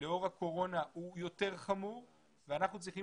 לאור הקורונה הוא יותר חמור ואנחנו צריכים